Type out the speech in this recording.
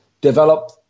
develop